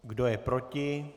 Kdo je proti?